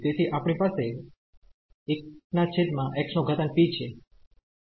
તેથી આપણી પાસે છે આ - 1 બનશે